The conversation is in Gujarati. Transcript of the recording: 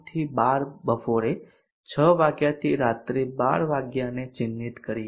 થી 12 00 બપોરે 6 વાગ્યાથી રાત્રે 1200 વાગ્યાને ચિહ્નિત કરીએ